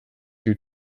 two